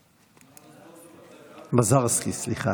מזרְסקי, סליחה.